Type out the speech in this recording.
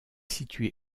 situé